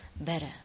better